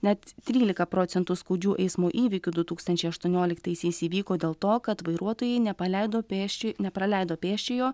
net trylika procentų skaudžių eismo įvykių du tūkstančiai aštuonioliktaisiais įvyko dėl to kad vairuotojai nepaleido pėsčio nepraleido pėsčiojo